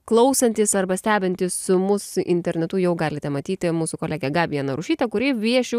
klausantys arba stebintys mus internetu jau galite matyti mūsų kolegė gabija narušytė kuri vieši